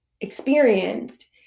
experienced